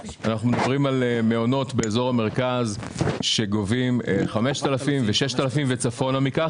אנחנו מדברים על מעונות באזור המרכז שגובים 5,000 ו-6,000 וצפונה מכך.